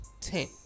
Ten